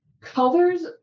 Colors